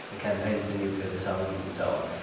the campaign for nuclear disarmament and so on,